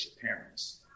parents